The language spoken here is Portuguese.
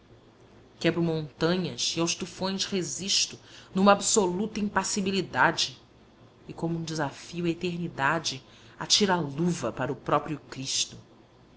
quebro montanhas e aos tufões resisto numa absoluta impassibilidade e como um desafio à eternidade atira a luva para o próprio cristo